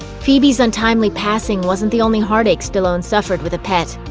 phoebe's untimely passing wasn't the only heartache stallone suffered with a pet.